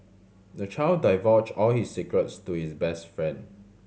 the child divulged all his secrets to his best friend